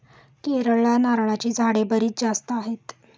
केरळला नारळाची झाडे बरीच जास्त आहेत